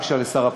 רק שנייה.